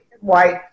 white